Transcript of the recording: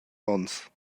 onns